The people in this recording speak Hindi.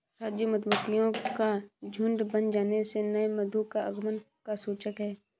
राजू मधुमक्खियों का झुंड बन जाने से नए मधु का आगमन का सूचक है